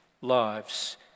lives